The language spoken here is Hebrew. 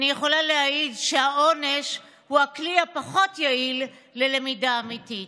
אני יכולה להעיד שהעונש הוא הכלי הפחות-יעיל ללמידה אמיתית.